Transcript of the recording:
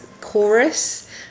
chorus